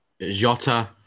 Jota